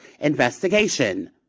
investigation